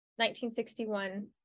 1961